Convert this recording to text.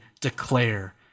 declare